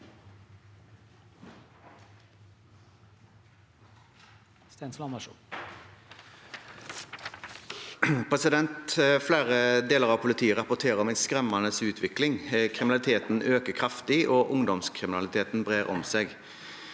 Flere deler av politiet rapporterer om en skremmende utvikling. Kriminaliteten øker kraftig, og ungdomskriminaliteten brer om seg.